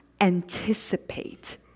anticipate